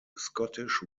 scottish